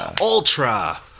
ultra